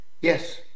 Yes